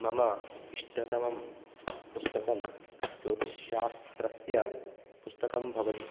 मम इष्टतमं पुस्तकं ज्योतिश्शास्त्रस्य पुस्तकं भवति